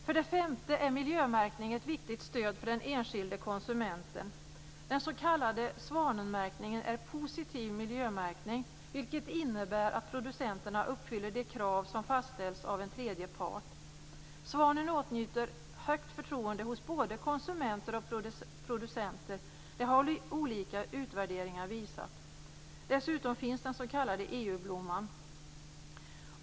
För det femte är miljömärkning ett viktigt stöd för den enskilde konsumenten. Den s.k. svanenmärkningen är en positiv miljömärkning, vilket innebär att producenterna uppfyller de krav som fastställts av en tredje part. Svanen åtnjuter stort förtroende hos både konsumenter och producenter. Det har olika utvärderingar visat. Dessutom finns den s.k. EU-blomman.